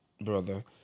brother